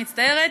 מצטערת,